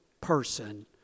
person